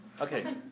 Okay